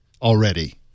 already